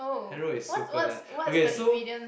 hand roll is super nice okay so